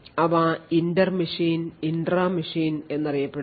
അവ inter machine intra machine എന്ന് അറിയപ്പെടുന്നു